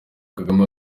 kagame